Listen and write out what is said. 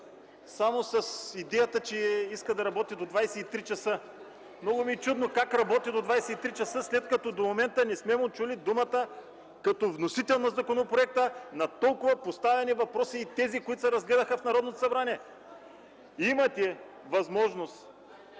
само с идеята, че иска да работи до 23,30 ч. Много ми е чудно как работи до 23,30 ч., след като до момента не сме му чули думата, като вносител на законопроекта, по толкова поставени въпроси и по тези, които се разгледаха в Народното събрание. Имате възможност